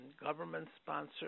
government-sponsored